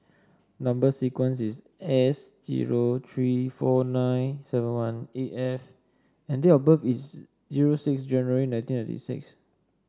number sequence is S zero three four nine seven one eight F and date of birth is zero six January nineteen ninety six